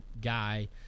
guy